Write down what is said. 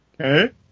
Okay